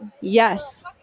Yes